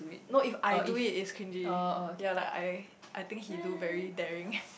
no if I do it is cringey yea like I think he do very daring